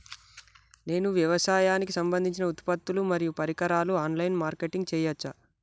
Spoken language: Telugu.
నేను వ్యవసాయానికి సంబంధించిన ఉత్పత్తులు మరియు పరికరాలు ఆన్ లైన్ మార్కెటింగ్ చేయచ్చా?